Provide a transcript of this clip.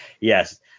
yes